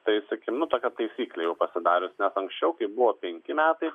tai saki nu tokia taisyklė jau pasidarius nes anksčiau kai buvo penki metai